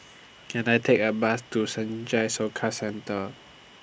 Can I Take A Bus to Senja Soka Centre